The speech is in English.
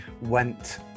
went